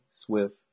Swift